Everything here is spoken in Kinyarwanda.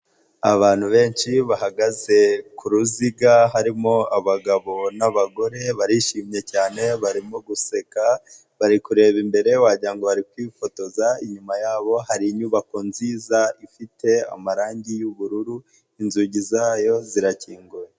Abantu benshi bahagaze ku ruziga, harimo abagabo n'abagore, barishimye cyane, barimo guseka, bari kureba imbere wagira ngo bari kwifotoza, inyuma yabo hari inyubako nziza ifite amarangi y'ubururu, inzugi zayo zirakinguye.